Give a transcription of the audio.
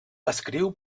escriu